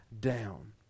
down